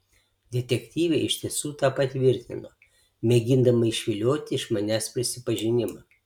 detektyvė iš tiesų tą patvirtino mėgindama išvilioti iš manęs prisipažinimą